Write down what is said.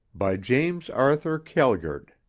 by james arthur kjelgaard